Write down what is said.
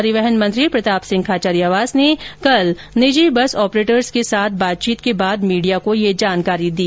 परिवहन मंत्री प्रताप सिंह खाचरियावास ने कल निजी बस ऑपरेटर्स के साथ बातचीत के बाद मीडिया को यह जानकारी दी